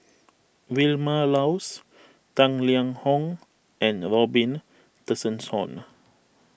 Vilma Laus Tang Liang Hong and Robin Tessensohn